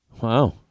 Wow